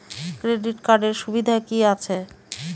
Credit কার্ডের সুবিধা কি আছে?